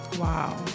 Wow